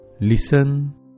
Listen